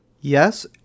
Yes